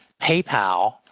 PayPal